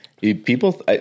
People